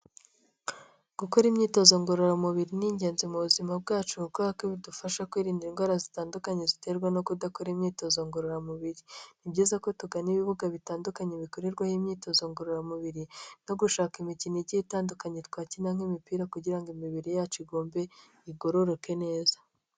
Gukora imyitozo ngororamubiri ni ingenzi mu buzima bwacu kuko bidufasha kwirinda indwara zitandukanye ziterwa no kudakora imyitozo ngororamubiri; ni byiza ko tugana ibibuga bitandukanye bikorerwaho imyitozo ngororamubiri no gushaka imikino igiye itandukanye twakina nk'imipira, kugira ngo imibiri yacu igombe igororoke neza.